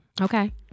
okay